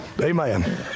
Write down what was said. Amen